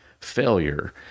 failure